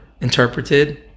interpreted